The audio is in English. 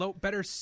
better